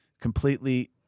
completely